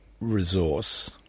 resource